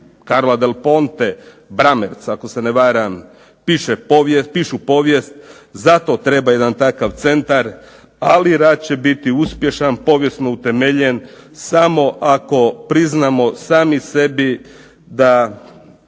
Carla Del Ponte, Brammartz ako se ne varam pišu povijest. Zato treba jedan takav centar. Ali rad će biti uspješan, povijesno utemeljen samo ako priznamo sami sebi da